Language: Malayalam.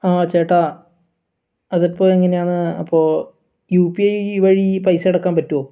ആ ചേട്ടാ അതിപ്പോൾ എങ്ങനെയാണെന്ന് അപ്പോൾ യു പി ഐ വഴി ഈ പൈസ അടയ്ക്കാൻ പറ്റുവോ